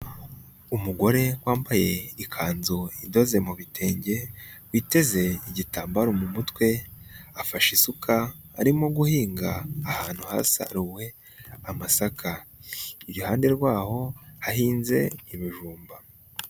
Umugore wambaye ikanzu idoze mu bi bitenge, witeze igitambaro mu mutwe, afashe isuka arimo guhinga ahantu hasaruwe amasaka. Iruhande rwaho hahinze ibijumba.